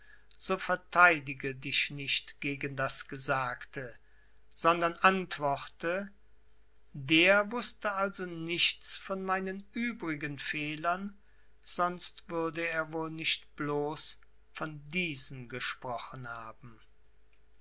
so vertheidige dich nicht gegen das gesagte sondern antworte der wußte also nichts von meinen übrigen fehlern sonst würde er wohl nicht bloß von diesen gesprochen haben